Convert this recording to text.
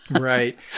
Right